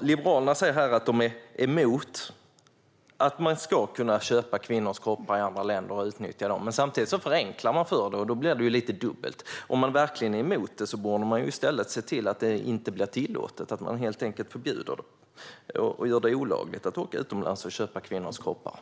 Liberalerna säger att de är emot att man ska kunna köpa kvinnors kroppar i andra länder och utnyttja dem. Men samtidigt förenklar man för det, och då blir det lite dubbelt. Om man verkligen är emot det borde man ju i stället se till att det inte blir tillåtet, att man helt enkelt förbjuder det och gör det olagligt att åka utomlands och köpa kvinnors kroppar.